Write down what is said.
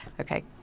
okay